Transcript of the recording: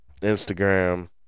Instagram